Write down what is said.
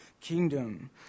kingdom